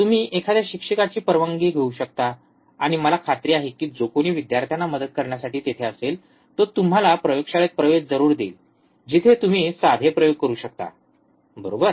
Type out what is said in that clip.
तुम्ही एखाद्या शिक्षकाची परवानगी घेऊ शकता आणि मला खात्री आहे की जो कोणी विद्यार्थ्यांना मदत करण्यासाठी तेथे असेल तो तुम्हाला प्रयोगशाळेत प्रवेश जरूर देईल जिथे तुम्ही साधे प्रयोग करू शकता बरोबर